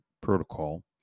protocol